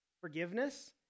Forgiveness